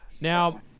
Now